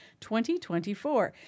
2024